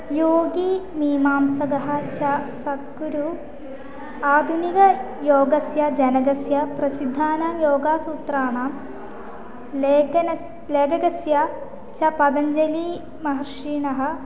योगी मीमांसकः च सद्गुरुः आधुनिकयोगस्य जनकस्य प्रसिद्धानां योगसूत्राणां लेखनस्य लेखकस्य च पतञ्जलिमहर्षिणः